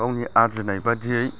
गावनि आरजिनाय बायदियै